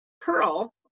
Pearl